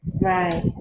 right